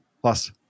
plus